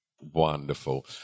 Wonderful